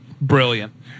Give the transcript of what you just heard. brilliant